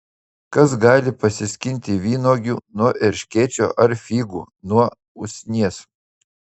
kas gali pasiskinti vynuogių nuo erškėčio ar figų nuo usnies